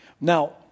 Now